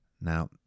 Now